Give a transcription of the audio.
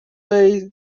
bay